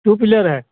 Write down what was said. to pillar ہے